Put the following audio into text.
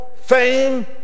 fame